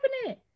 happening